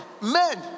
men